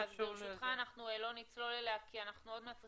אנחנו לא נצלול אליה כי עוד מעט אנחנו